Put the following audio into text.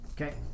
Okay